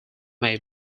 may